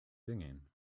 singing